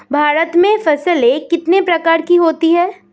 भारत में फसलें कितने प्रकार की होती हैं?